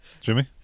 Jimmy